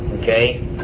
Okay